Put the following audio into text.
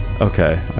Okay